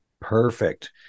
Perfect